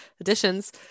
additions